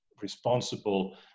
responsible